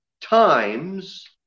times